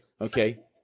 okay